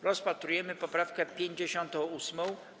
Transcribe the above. Rozpatrujemy poprawkę 58.